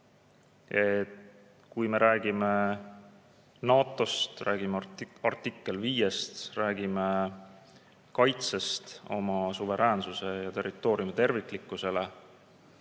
Kui me räägime NATO-st, räägime artikkel 5, räägime oma suveräänsuse ja territooriumi terviklikkuse